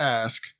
ask